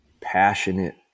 passionate